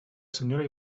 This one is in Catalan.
senyora